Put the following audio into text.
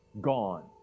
Gone